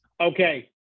Okay